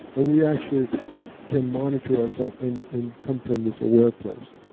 and we actually can monitor ourselves and and come from this aware place